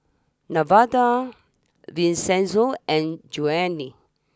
Nevada Vincenzo and Joanie